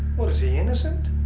what? is he innocent?